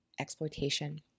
exploitation